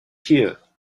here